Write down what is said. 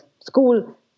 school